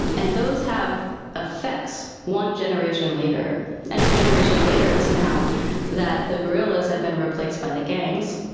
and those have affected one generation later and the generation later is now that the guerillas have been replaced by the gangs,